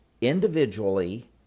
individually